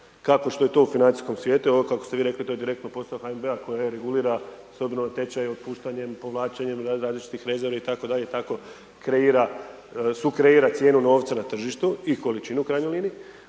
Kako što je to u financijskom svijetu, evo, kako ste vi rekli, to je direktno posao HNB-a koje regulira s obzirom na tečaj otpuštanjem, povlačenjem, različitih rezervi itd. i tako sukreira cijenu novca na tržištu i količinu u krajnjoj liniji.